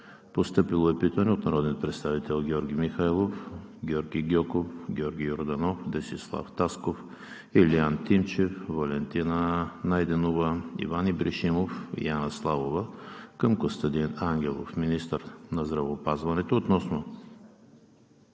Постъпило е питане от народните представители Георги Михайлов, Георги Гьоков, Георги Йорданов, Десислав Тасков, Илиян Тимчев, Валентина Найденова, Иван Ибришимов, Диана Славова към Костадин Ангелов – министър на здравеопазването, относно